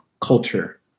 culture